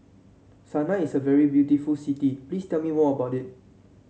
Sanaa is a very beautiful city please tell me more about it